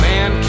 Man